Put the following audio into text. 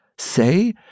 Say